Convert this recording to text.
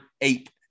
eight